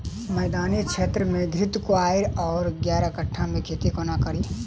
मैदानी क्षेत्र मे घृतक्वाइर वा ग्यारपाठा केँ खेती कोना कड़ी?